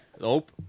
Nope